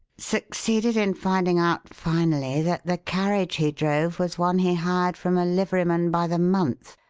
succeeded in finding out, finally, that the carriage he drove was one he hired from a liveryman by the month,